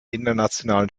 internationalen